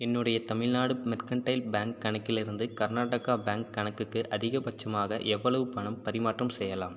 என்னுடைய Tamil Nadu mercantile bank கணக்கிலிருந்து Karnataka bank கணக்குக்கு அதிகபட்சமாக எவ்வளவு பணம் பரிமாற்றம் செய்யலாம்